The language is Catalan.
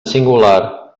singular